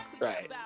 right